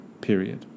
period